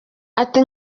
ati